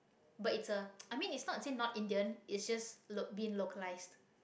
but it's a i mean it's not say not indian it's just l~ been localised